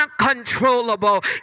uncontrollable